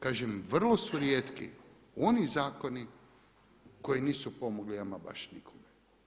Kažem vrlo su rijetki oni zakoni koji nisu pomogli ama baš nikome.